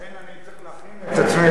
לכן אני צריך להכין את עצמי,